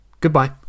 Goodbye